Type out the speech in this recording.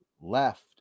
left